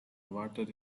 water